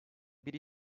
bir